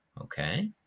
okay